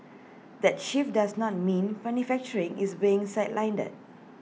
that shift does not mean manufacturing is being sidelined